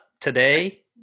today